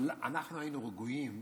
אבל אנחנו היינו רגועים